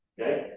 Okay